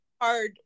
hard